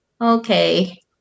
okay